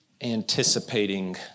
anticipating